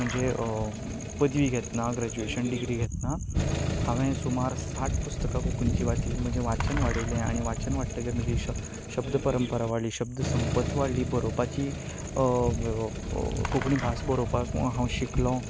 म्हणजें पदवी घेतना ग्रेजुएशन डिग्री घेतना हांवें सुमार साठ पुस्तकां कोंकणीची वाचली म्हजें वाचन वाडयलें आनी वाचन वाडटकच म्हजी शब्द परंपरा वाडली शब्द संपत्त वाडली बरोवपाची कोंकणी भास बरोवपाक हांव शिकलो